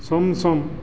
सम सम